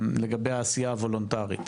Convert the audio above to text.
לגבי העשייה הוולונטרית.